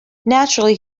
naturally